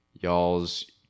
y'all's